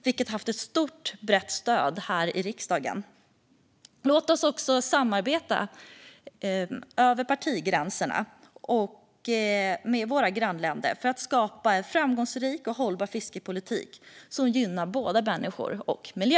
Det har stort, brett stöd i riksdagen. Låt oss också samarbeta över partigränserna och med våra grannländer för att skapa en framgångsrik och hållbar fiskepolitik som gynnar både människor och miljö.